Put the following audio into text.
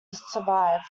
survived